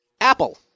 Apple